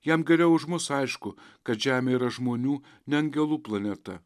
jam geriau už mus aišku kad žemė yra žmonių ne angelų planeta